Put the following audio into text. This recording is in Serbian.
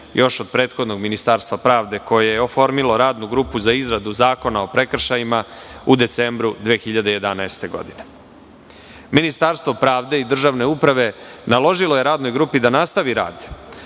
još od prethodnog Ministarstva pravde koje je oformilo Radnu grupu za izradu Zakona o prekršajima u decembru 2011. godine. Ministarstvo pravde i državne uprave naložilo je Radnoj grupi da nastavi rad